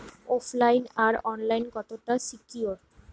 ওফ line আর online কতটা secure?